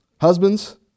Husbands